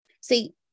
See